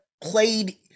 played